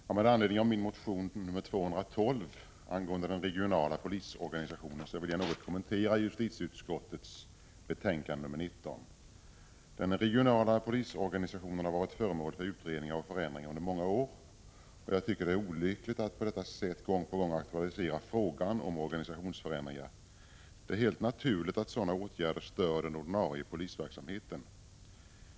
Herr talman! Med anledning av min motion 1985/86:Ju212 angående den regionala polisorganisationen vill jag något kommentera justitieutskottets betänkande nr 19. Den regionala polisorganisationen har varit föremål för utredningar och förändringar under många år. Jag tycker att det är olyckligt att på detta sätt gång på gång aktualisera frågan om organisationsförändringar. Det är helt naturligt att sådana åtgärder stör den ordinarie polisverksamheten.